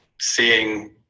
seeing